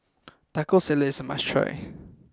Taco Salad is a must try